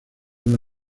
una